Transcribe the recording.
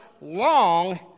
long